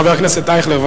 חבר הכנסת ישראל אייכלר,